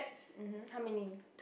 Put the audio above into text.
mmhmm how many